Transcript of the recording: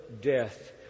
death